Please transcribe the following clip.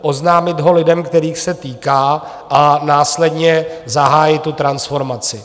Oznámit ho lidem, kterých se týká, a následně zahájit transformaci.